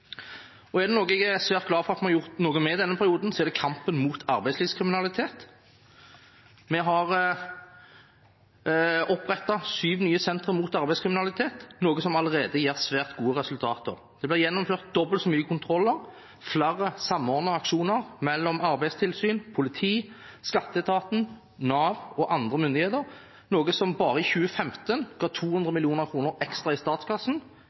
aktører. Er det noe jeg er svært glad for at vi har gjort noe med i denne perioden, er det kampen mot arbeidslivskriminalitet. Vi har opprettet syv nye sentre mot arbeidslivskriminalitet, noe som allerede gir svært gode resultater. Det blir gjennomført dobbelt så mange kontroller og flere samordnede aksjoner mellom arbeidstilsyn, politi, skatteetaten, Nav og andre myndigheter, noe som bare i 2015 ga 200 mill. kr ekstra i statskassen,